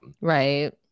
Right